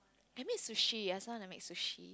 I make sushi I also want to make sushi